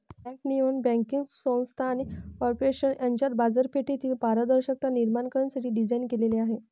bank नियमन banking संस्था आणि कॉर्पोरेशन यांच्यात बाजारपेठेतील पारदर्शकता निर्माण करण्यासाठी डिझाइन केलेले आहे